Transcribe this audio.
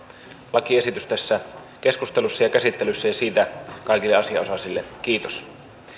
nuorisolakiesitys tässä keskustelussa ja käsittelyssä ja siitä kaikille asianosaisille kiitos